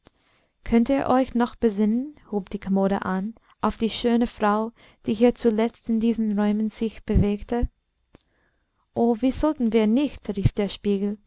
könnt ihr euch noch besinnen hub die kommode an auf die schöne frau die hier zuletzt in diesen räumen sich bewegte oh wie sollten wir nicht rief der spiegel